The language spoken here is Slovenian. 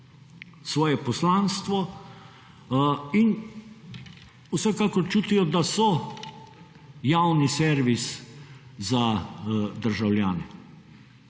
svoje poslanstvo, in vsekakor čutijo, da so javni servis za državljane.